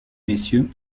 messieurs